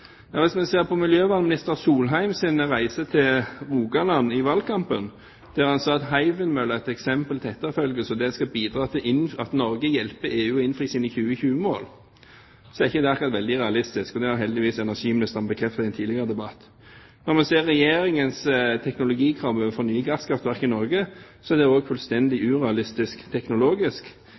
Hvis vi ser på miljøvernminister Solheims reise til Rogaland i valgkampen der han sa at Hywind-møller er et eksempel til etterfølgelse, og at det skal bidra til at Norge hjelper EU med å innfri sine 2020-mål, er ikke det akkurat veldig realistisk. Det har heldigvis energiministeren bekreftet i en tidligere debatt. Når vi ser Regjeringens teknologikrav til nye gasskraftverk i Norge, er det også fullstendig urealistisk teknologisk,